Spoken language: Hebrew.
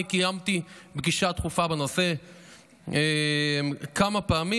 קיימתי פגישה דחופה בנושא כמה פעמים.